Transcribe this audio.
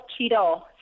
Cheeto